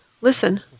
Listen